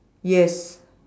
yes